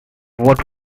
what